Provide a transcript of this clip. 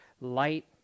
light